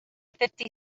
fifty